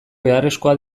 beharrezkoa